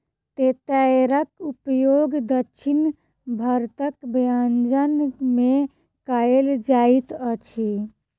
तेतैरक उपयोग दक्षिण भारतक व्यंजन में कयल जाइत अछि